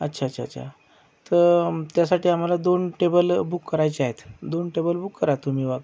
अच्छा अच्छा अच्छा तर त्यासाठी आम्हाला दोन टेबल बूक करायचे आहेत दोन टेबल बूक करा तुम्ही बा